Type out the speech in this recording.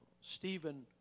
Stephen